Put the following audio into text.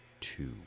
two